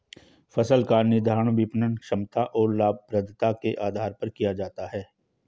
फसल का निर्धारण विपणन क्षमता और लाभप्रदता के आधार पर किया जाता है